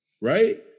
right